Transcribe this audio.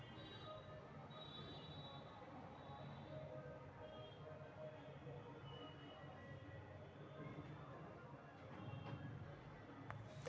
नारीवाद उद्यमिता में लइरकि सभ आऽ महिला सभके लेल कुछ मामलामें छूट सेहो देँइ छै